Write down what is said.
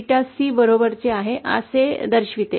𝝎 𝜷C बरोबरच आहे असे दर्शविते